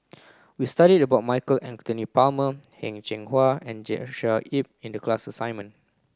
we studied about Michael Anthony Palmer Heng Cheng Hwa and Joshua Ip in the class assignment